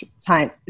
time